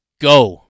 go